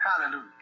Hallelujah